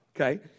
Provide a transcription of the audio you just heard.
Okay